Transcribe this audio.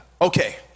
okay